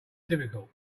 difficult